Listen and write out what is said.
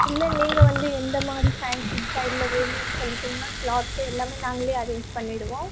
இல்லை நீங்கள் வந்து இந்த மாதிரி ஃபேன்சி ஸ்டைலில் வேணும்ன்னு சொல்லிடிங்ன்னா கிளாத்து எல்லாமே நாங்களே அரேஞ் பண்ணிவிடுவோம்